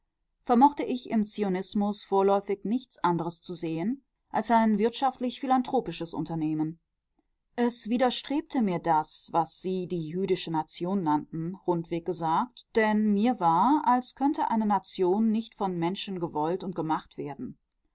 vermochte ich im zionismus vorläufig nichts anderes zu sehen als ein wirtschaftlich philanthropisches unternehmen es widerstrebte mir das was sie die jüdische nation nannten rundweg gesagt denn mir war als könne eine nation nicht von menschen gewollt und gemacht werden